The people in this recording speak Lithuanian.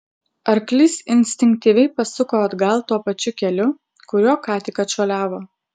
arklys instinktyviai pasuko atgal tuo pačiu keliu kuriuo ką tik atšuoliavo